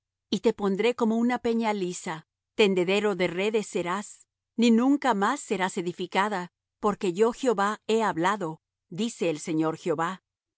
y te pondré como una peña lisa tendedero de redes serás ni nunca más serás edificada porque yo jehová he hablado dice el señor jehová